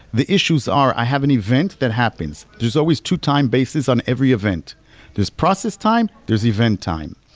the issues are i have an event that happens. there's always two-time bases on every event there's process time, there's event time.